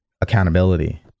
accountability